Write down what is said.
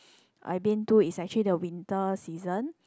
I been to is actually the winter season